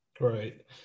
Right